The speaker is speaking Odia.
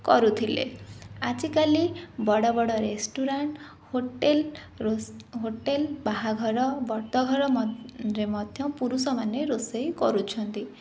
କରୁଥିଲେ ଆଜିକାଲି ବଡ଼ ବଡ଼ ରେଷ୍ଟୁରାଣ୍ଟ ହୋଟେଲ ହୋଟେଲ ବାହାଘର ବ୍ରତଘର ରେ ମଧ୍ୟ ପୁରୁଷମାନେ ରୋଷେଇ କରୁଛନ୍ତି